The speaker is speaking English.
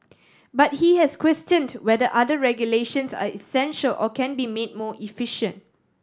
but he has questioned whether other regulations are essential or can be made more efficient